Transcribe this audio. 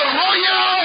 royal